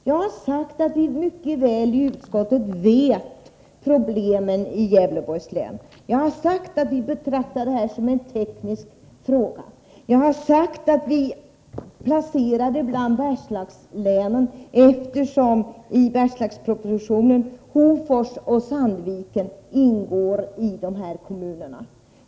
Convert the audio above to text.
Jag har sagt att vi i utskottet mycket väl känner problemen i Gävleborgs län, jag har sagt att vi betraktar detta som en teknisk fråga, och jag har sagt att vi placerar er bland Bergslagslänen eftersom Hofors och Sandviken i Bergslagspropositionen hänförs till den aktuella regionen.